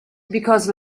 because